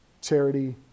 charity